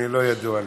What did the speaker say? לא ידוע לי.